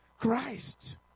christ